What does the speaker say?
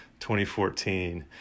2014